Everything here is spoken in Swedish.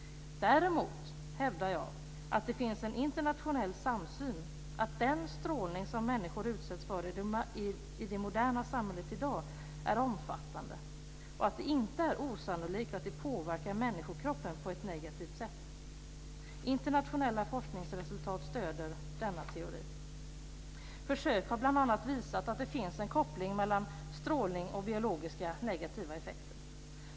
Däremot hävdar jag att det finns en internationell samsyn om att den strålning som människor utsätts för i det moderna samhället i dag är omfattande och att det inte är osannolikt att den påverkar människokroppen på ett negativt sätt. Internationella forskningsresultat stöder denna teori. Försök har bl.a. visat att det finns en koppling mellan strålning och negativa biologiska effekter.